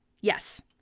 Yes